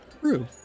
True